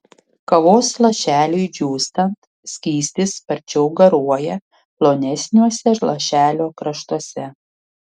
kavos lašeliui džiūstant skystis sparčiau garuoja plonesniuose lašelio kraštuose